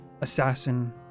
assassin